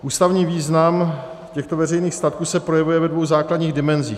Ústavní význam těchto veřejných statků se projevuje ve dvou základních dimenzích.